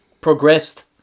progressed